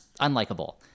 unlikable